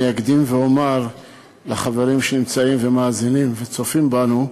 אני אקדים ואומר לחברים שנמצאים ומאזינים וצופים בנו,